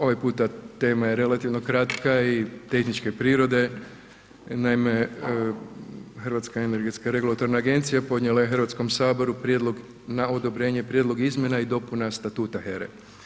Ovaj puta tema je relativno kratka i tehničke prirode, naime Hrvatska energetska regulatorna agencija podnijela je Hrvatskom saboru prijedlog na odobrenje prijedlog izmjena i dopuna Statuta HERE.